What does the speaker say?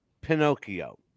Pinocchio